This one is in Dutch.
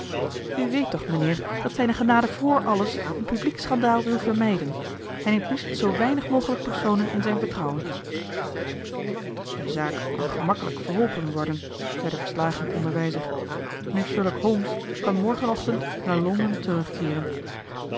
wilder u weet toch mijnheer dat zijne genade voor alles een publiek schandaal wil vermijden hij neemt liefst zoo weinig mogelijk personen in zijn vertrouwen de zaak kan gemakkelijk verholpen worden zei de verslagen onderwijzer mijnheer sherlock holmes kan morgen ochtend naar londen terugkeeren